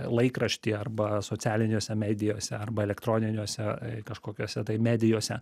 laikrašty arba socialiniose medijose arba elektroniniuose kažkokiose tai medijose